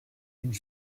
une